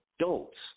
adults